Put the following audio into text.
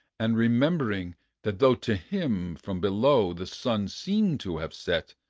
and remembered that though to him, from below, the sun seemed to have set,